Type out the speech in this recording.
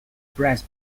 brass